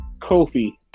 Kofi